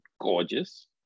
gorgeous